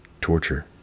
torture